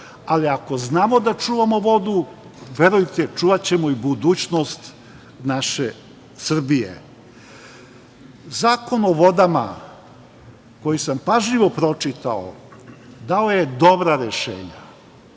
Ali, ako znamo da čuvamo vodu, verujte, čuvaćemo i budućnost naše Srbije. Zakon o vodama, koji sam pažljivo pročitao, dao je dobra rešenja.